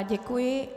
Děkuji.